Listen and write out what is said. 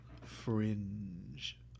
Fringe